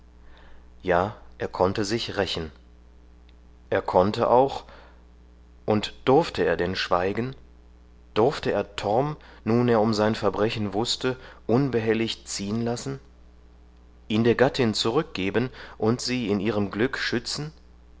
ja er konnte sich rächen er konnte auch und durfte er denn schweigen durfte er torm nun er um sein verbrechen wußte unbehelligt ziehen lassen ihn der gattin zurückgeben und sie in ihrem glück schützen